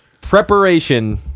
preparation